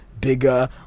bigger